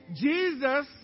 Jesus